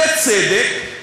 בצדק.